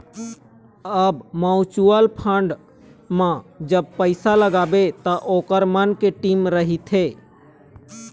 अब mutual fund म जब पइसा लगाबे त ओखर मन के टीम रहिथे